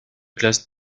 glace